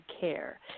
care